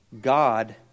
God